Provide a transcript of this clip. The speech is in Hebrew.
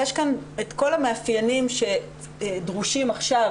יש כאן את כל המאפיינים שדרושים עכשיו